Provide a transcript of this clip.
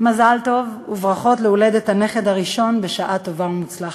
מזל טוב וברכות על הולדת הנכד הראשון בשעה טובה ומוצלחת.